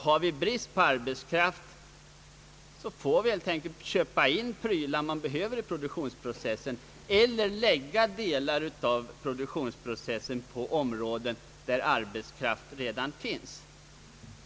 är det brist på arbetskraft så får man helt enkelt köpa mer från andra av sådant som behövs i produktionsprocessen eller också lägga delar av produktionsprocessen till områden där arbetskraft redan finns.